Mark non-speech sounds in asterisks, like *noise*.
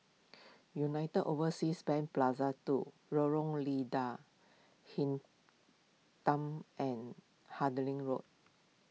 *noise* United Overseas Bank Plaza two Lorong Lada Hitam and *unintelligible* Road